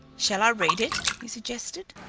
shall i read it? he suggested.